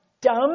dumb